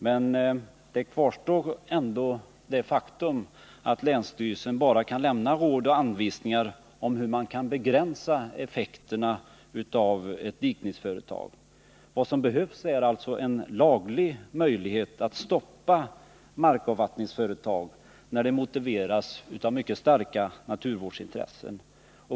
Ändå kvarstår det faktum att länsstyrelsen bara kan lämna råd och anvisningar om hur man skall begränsa effekterna av ett dikningsföretag. Vad som behövs är en laglig möjlighet att stoppa markavvattningsföretag när detta motiveras av mycket starka naturvårdsintressen.